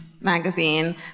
Magazine